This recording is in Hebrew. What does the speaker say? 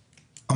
הזה.